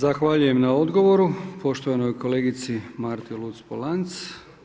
Zahvaljujem na odgovoru poštovanoj kolegici Marti Luc-Polanc.